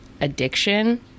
addiction